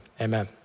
Amen